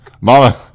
Mama